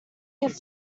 get